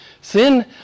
sin